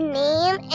name